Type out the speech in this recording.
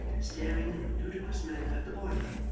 staring in a ludicrous manner at the boiler,